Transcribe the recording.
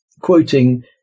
quoting